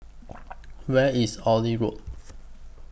Where IS Oxley Road